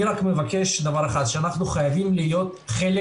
אני רק מבקש דבר אחד: אנחנו חייבים להיות חלק